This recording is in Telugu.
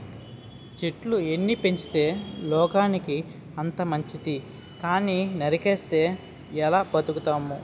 చెట్లు ఎన్ని పెంచితే లోకానికి అంత మంచితి కానీ నరికిస్తే ఎలా బతుకుతాం?